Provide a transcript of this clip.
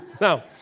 Now